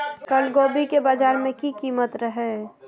कल गोभी के बाजार में की कीमत रहे?